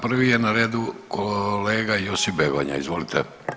Prvi je na redu kolega Josip Begonja, izvolite.